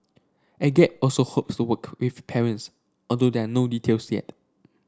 Agape also hopes to work with parents although there are no details yet